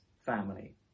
family